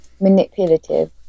manipulative